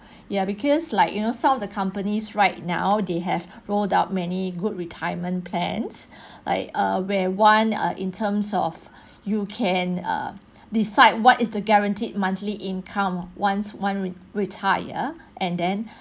ya because like you know some of the companies right now they have rolled out many good retirement plans like err where one ah in terms of you can err decide what is the guaranteed monthly income once one re~ retire and then